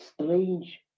strange